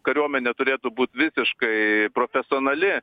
kariuomenė turėtų būt visiškai profesionali